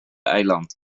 eiland